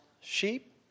sheep